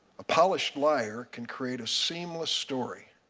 a polished liar can create a seamless story,